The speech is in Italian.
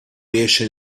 riesce